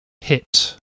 hit